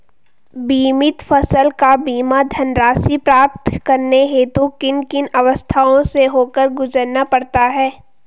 बीमित फसल का बीमा धनराशि प्राप्त करने हेतु किन किन अवस्थाओं से होकर गुजरना पड़ता है?